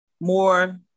more